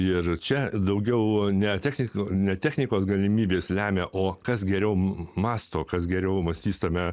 ir čia daugiau ne technika ne technikos galimybės lemia o kas geriau mąsto kas geriau mąstys tame